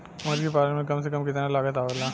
मुर्गी पालन में कम से कम कितना लागत आवेला?